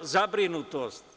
zabrinutost.